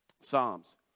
Psalms